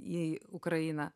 į ukrainą